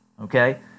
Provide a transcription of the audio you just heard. okay